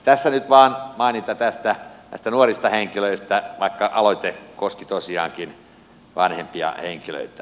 tässä nyt vain maininta näistä nuorista henkilöistä vaikka aloite koski tosiaankin vanhempia henkilöitä